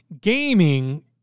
gaming